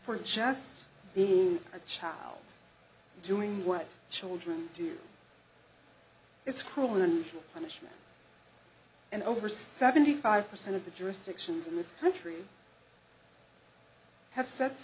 for just being a child doing what children do it's cruel and unusual punishment and over seventy five percent of the jurisdictions in this country have sets